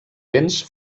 béns